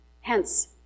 hence